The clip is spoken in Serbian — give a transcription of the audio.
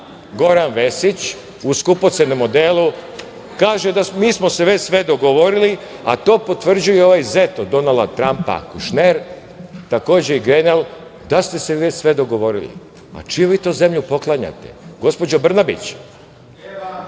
Goran Vesić u skupocenom odelu kaže – mi smo se već sve dogovorili, a to potvrđuje ovaj zet od Donalda Trampa Kušner, takođe i Grenel, da ste se već sve dogovorili. Čiju vi to zemlju poklanjate? Gospođo Brnabić,